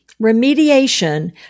Remediation